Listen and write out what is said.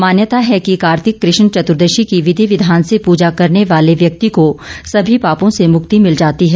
मान्यता है कि कार्तिक कृष्ण चतुर्दशी के विधि विधान से पूजा करने वाले व्यक्ति को सभी पापों से मुक्ति मिल जाती है